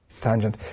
Tangent